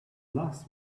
last